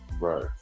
Right